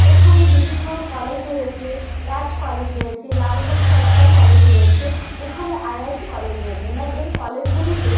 এখানে বিভিন্ন কলেজ রয়েছে রাজ কলেজ রয়েছে লালগড় সরকারি কলেজ রয়েছে এখানে আইআইটি কলেজ রয়েছে না এই কলেজগুলিতে